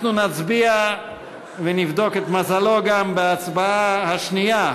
אנחנו נצביע ונבדוק את מזלו גם בהצבעה השנייה: